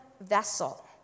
vessel